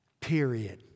Period